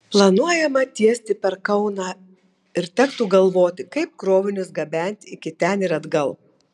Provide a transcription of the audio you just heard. planuojama tiesti per kauną ir tektų galvoti kaip krovinius gabenti iki ten ir atgal